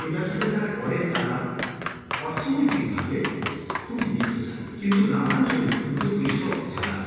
এই ব্যবসাটা যারা করেন তারা অর্থনৈতিকভাবে খুবই বিত্তশালী কিন্তু গ্রামাঞ্চলের ক্ষুদ্র কৃষক যারা